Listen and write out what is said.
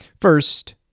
First